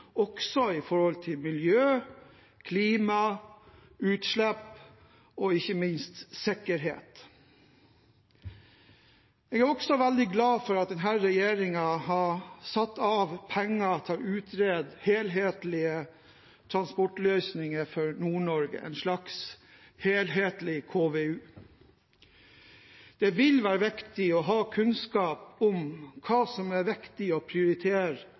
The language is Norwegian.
også med tanke på miljø, klima, utslipp og ikke minst sikkerhet. Jeg er også veldig glad for at denne regjeringen har satt av penger til å utrede helhetlige transportløsninger for Nord-Norge, en slags helhetlig KVU. Det vil være viktig å ha kunnskap om hva som er viktig å prioritere